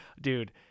dude